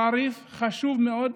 חריף, חשוב מאוד,